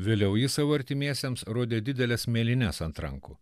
vėliau jis savo artimiesiems rodė dideles mėlynes ant rankų